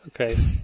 Okay